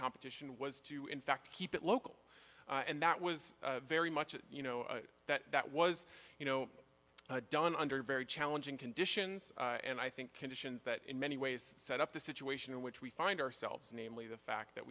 competition was to in fact keep it local and that was very much you know that was you know done under very challenging conditions and i think conditions that in many ways set up the situation in which we find ourselves namely the fact that